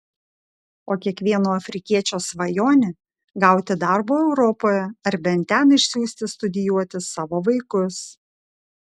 o kiekvieno afrikiečio svajonė gauti darbo europoje ar bent ten išsiųsti studijuoti savo vaikus